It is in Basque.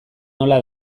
nola